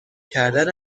کردن